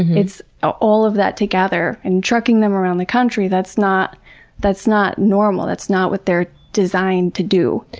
it's ah all of that together. and trucking them around the country. that's not that's not normal. that's not what they're designed to do.